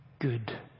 good